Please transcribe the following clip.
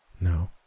No